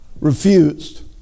refused